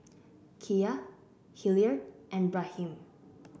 Kya Hilliard and Raheem